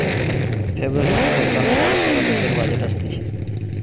ফেব্রুয়ারী মাসে সরকার নু বড় সারা দেশের বাজেট অসতিছে